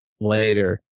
later